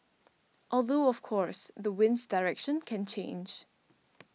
although of course the wind's direction can change